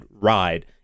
ride